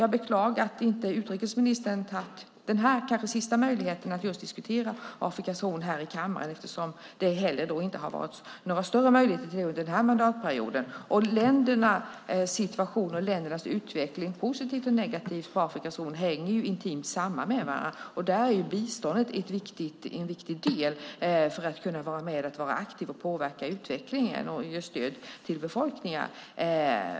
Jag beklagar att utrikesministern inte tagit den här kanske sista möjligheten att just diskutera Afrikas horn här i kammaren. Det har inte heller funnits några större möjligheter till det under den här mandatperioden. Utvecklingen och situationen i länderna på Afrikas horn både positivt och negativt hänger intimt samman med varandra. Där är biståndet en viktig del för att vara aktiv och påverka utvecklingen och ge stöd till befolkningarna.